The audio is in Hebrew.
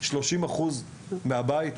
30% מהתקציב מן הבית?